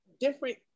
different